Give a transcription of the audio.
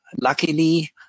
luckily